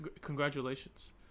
Congratulations